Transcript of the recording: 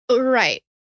right